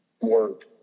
work